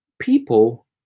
people